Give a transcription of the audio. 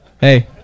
Hey